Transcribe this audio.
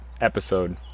episode